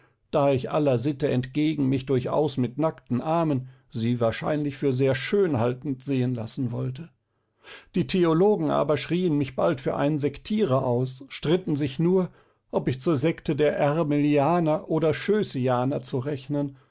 da ich aller sitte entgegen mich durchaus mit nackten armen sie wahrscheinlich für sehr schön haltend sehen lassen wolle die theologen aber schrien mich bald für einen sektierer aus stritten sich nur ob ich zur sekte der ärmelianer oder schößianer zu rechnen